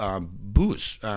booze